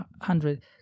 hundred